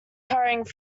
hurrying